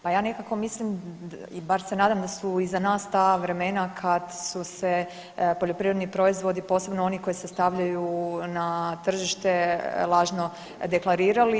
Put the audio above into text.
Pa ja nekako mislim i bar se nadam da su iza nas ta vremena kad su se poljoprivredni proizvodi posebno oni koji se stavljaju na tržište lažno deklarirali.